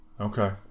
Okay